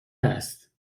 هست